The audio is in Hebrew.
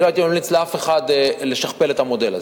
לא הייתי ממליץ לאף אחד לשכפל את המודל הזה.